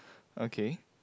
okay